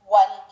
one